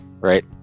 right